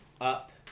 up